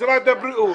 משרד הבריאות